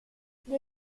due